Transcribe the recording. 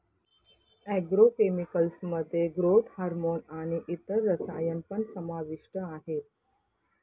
agro chemicals मध्ये growth hormone आणि इतर रसायन पण समाविष्ट आहेत